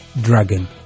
Dragon